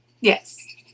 Yes